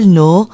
no